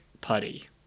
putty